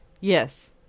Yes